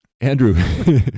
Andrew